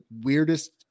weirdest